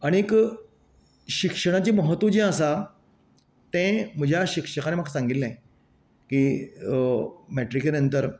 आनीक शिक्षणाचे म्हत्व जे आसा ते म्हज्या शिक्षकान म्हाका सांगिल्ले की मेट्रिके नंतर